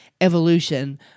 evolution